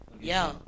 Yo